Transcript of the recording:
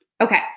Okay